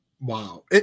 Wow